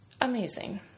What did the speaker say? amazing